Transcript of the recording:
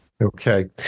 Okay